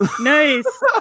Nice